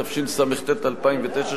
התשס"ט 2009,